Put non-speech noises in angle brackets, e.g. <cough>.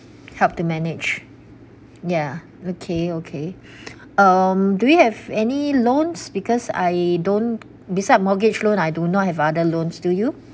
help to manage ya okay okay <breath> um do you have any loans because I don't beside mortgage loan I do not have other loans do you